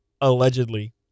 allegedly